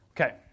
Okay